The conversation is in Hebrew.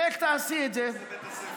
איך תעשי את זה, איך?